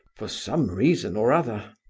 for some reason or other.